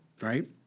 right